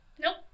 nope